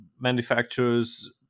manufacturers